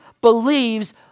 believes